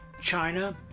China